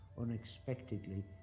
unexpectedly